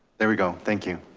there we go. thank you.